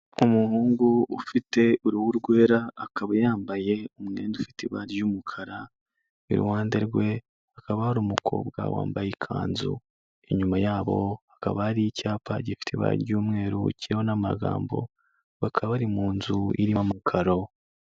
Umuhungu ufite uruhu rwera, akaba yambaye umwenda ufite ibara ry'umukara, iruhande rwe hakaba hari umukobwa wambaye ikanzu, inyuma yabo hakaba hari icyapa gifite ibara ry'umweru kiriho n'amagambo, bakaba bari mu nzu irimo amakaro.